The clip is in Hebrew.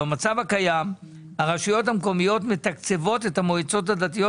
במצב הקיים הרשויות המקומיות מתקצבות את המוצעות הדתיות